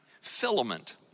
filament